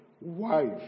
wife